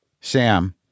Sam